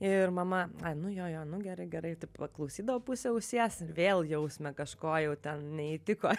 ir mama ai nu jo jo nu gerai gerai taip paklausydavo puse ausies vėl jausmė kažko jau ten neįtiko